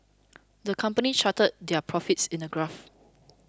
the company charted their profits in a graph